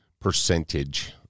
percentage